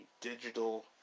digital